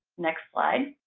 next slide.